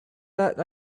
that